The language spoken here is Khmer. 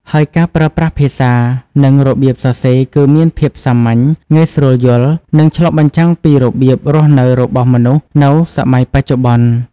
ហើយការប្រើប្រាស់ភាសា និងរបៀបសរសេរគឺមានភាពសាមញ្ញ ងាយស្រួលយល់ និងឆ្លុះបញ្ចាំងពីរបៀបរស់នៅរបស់មនុស្សនៅសម័យបច្ចុប្បន្ន។